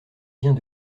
vient